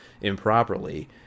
improperly